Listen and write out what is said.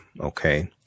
Okay